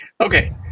Okay